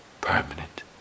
permanent